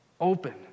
open